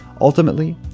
Ultimately